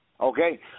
Okay